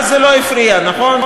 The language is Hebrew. אז זה לא הפריע, נכון?